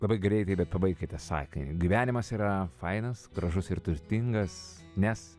labai greitai bet pabaikite sakinį gyvenimas yra fainas gražus ir turtingas nes